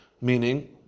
Meaning